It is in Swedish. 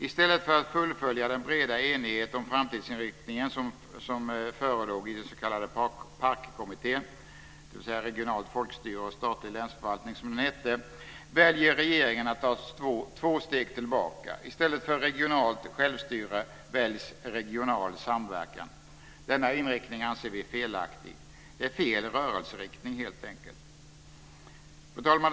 I stället för att fullfölja den breda enighet om framtidsinriktningen som förelåg i den s.k. PARK-kommitténs betänkande Regionalt folkstyre och statlig länsförvaltning väljer regeringen att ta två steg tillbaka. I stället för regionalt självstyre väljs regional samverkan. Denna inriktning anser vi felaktig. Det är fel rörelseriktning, helt enkelt. Fru talman!